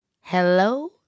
Hello